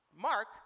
Mark